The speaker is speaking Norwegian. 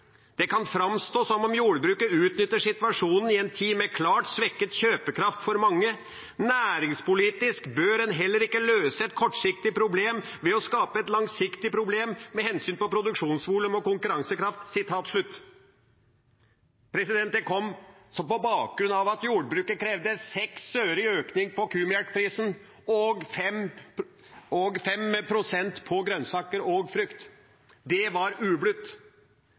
Det kan framstå som om jordbruket utnytter situasjonen i en tid med klart svekket kjøpekraft for mange. Næringspolitisk bør en heller ikke løse et kortsiktig problem ved å skape et langsiktig problem med hensyn til produksjonsvolum og konkurransekraft. Det kom på bakgrunn av at jordbruket krevde 6 øre i økning på kumelkprisen og 5 pst. på grønnsaker og frukt. Det var ublutt.